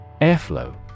Airflow